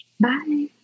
Bye